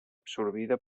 absorbida